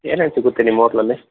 ಏನೇನು ಸಿಗುತ್ತೆ ನಿಮ್ಮ ಓಟ್ಲಲ್ಲಿ